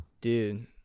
Dude